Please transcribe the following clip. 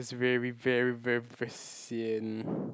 is very very very very sian